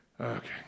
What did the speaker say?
Okay